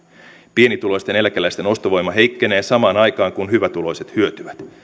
pienituloisten eläkeläisten ostovoima heikkenee samaan aikaan kun hyvätuloiset hyötyvät